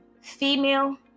female